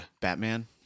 Batman